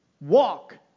Walk